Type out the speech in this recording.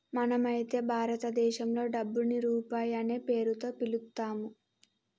మనం అయితే భారతదేశంలో డబ్బుని రూపాయి అనే పేరుతో పిలుత్తాము